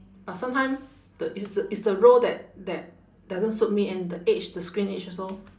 but sometime the it's the it's the role that that doesn't suit me and the age the screen age also